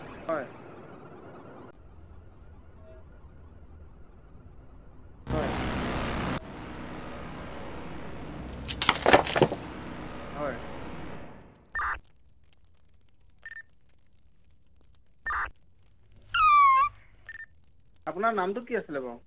হয় হয় হয় আপোনাৰ নামটো কি আছিলে বাৰু